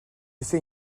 fais